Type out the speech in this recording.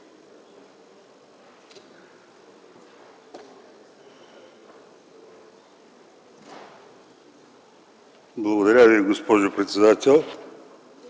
Благодаря Ви, госпожо председател.